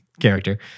character